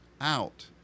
out